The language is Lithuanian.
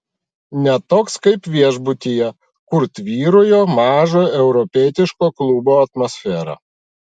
ne toks kaip viešbutyje kur tvyrojo mažo europietiško klubo atmosfera